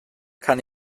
kann